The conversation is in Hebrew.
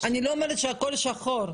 אני לא אומרת שהכול שחור,